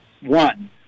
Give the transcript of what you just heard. One